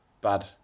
Bad